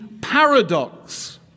paradox